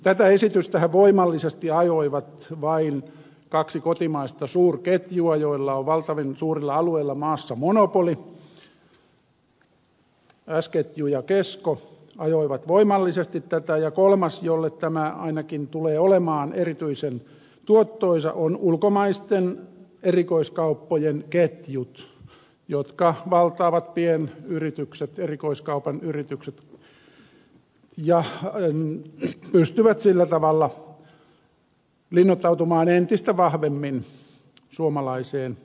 tätä esitystähän voimallisesti ajoivat vain kaksi kotimaista suurketjua joilla on suurilla alueilla maassa monopoli s ketju ja kesko ja kolmas jolle tämä ainakin tulee olemaan erityisen tuottoisa on ulkomaisten erikoiskauppojen ketjut jotka valtaavat pienyritykset erikoiskaupan yritykset ja pystyvät sillä tavalla linnoittautumaan entistä vahvemmin suomalaiseen talouteen